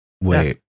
wait